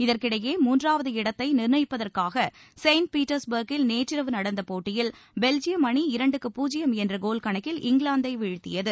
இதற்கிடையே மூன்றாவது இடத்தை நிர்ணயிப்பதற்காக செயின்ட் பீட்டர்ஸ்பர்கில் நேற்றிரவு நடந்த போட்டியில் பெல்ஜியம் அணி இரண்டுக்கு பூஜ்யம் என்ற கோல் கணக்கில் இங்கிலாந்தை வீழ்த்தியது